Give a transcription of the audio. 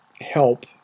help